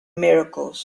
miracles